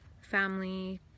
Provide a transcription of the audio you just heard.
family